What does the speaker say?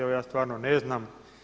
Evo ja stvarno ne znam.